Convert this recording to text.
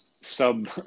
sub